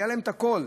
היה להם הכול,